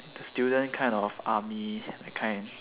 the student kind of army that kind